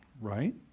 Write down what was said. right